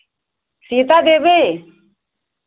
Sita Devi